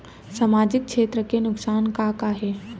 सामाजिक क्षेत्र के नुकसान का का हे?